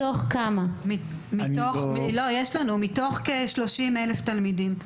להלן תרגומם: מתוך כמה?) זה מתוך כ-30,000 תלמידים.